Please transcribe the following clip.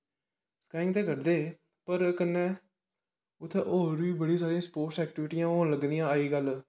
skiing ते करदे पर कन्ने उत्थे और बी बडी सारी स्पोटस ऐक्टीबिटियां होन लगा दियां अजकल